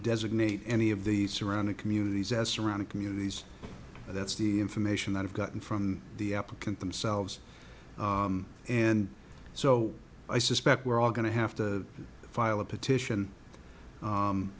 designate any of the surrounding communities as surrounding communities but that's the information that i've gotten from the applicant themselves and so i suspect we're all going to have to file a petition